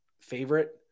favorite